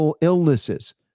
illnesses